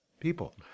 people